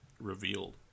revealed